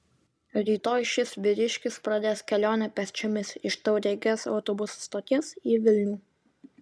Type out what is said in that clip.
rytoj šis vyriškis pradės kelionę pėsčiomis iš tauragės autobusų stoties į vilnių